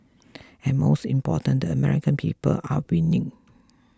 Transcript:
and most important the American people are winning